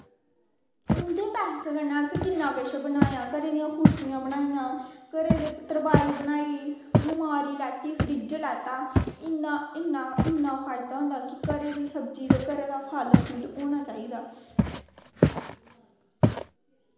उंदे पैसें कन्नै असैं किन्ना किश बनाया घरे दियां कुर्सियां बनाइयां घरे दी तरपाई बनाई लमारी लैत्ती फ्रिज लैत्ता इन्ना इन्ना इन्ना फायदा होंदा कि घरे दी सब्जी ते घरे दा फल फुल होना चाही दा